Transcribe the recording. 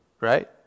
right